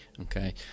okay